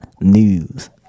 news